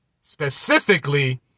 specifically